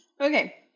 Okay